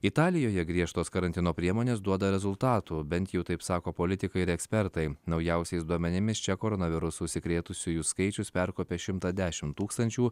italijoje griežtos karantino priemonės duoda rezultatų bent jau taip sako politikai ir ekspertai naujausiais duomenimis čia koronavirusu užsikrėtusiųjų skaičius perkopė šimtą dešimt tūkstančių